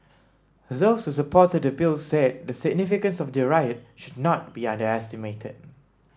those who supported the Bill said the significance of the riot should not be underestimated